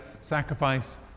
sacrifice